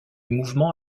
mouvement